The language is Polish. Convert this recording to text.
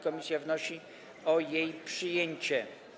Komisja wnosi o jej przyjęcie.